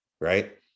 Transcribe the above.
right